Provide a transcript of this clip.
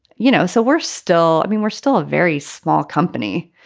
you know. so we're still i mean, we're still a very small company,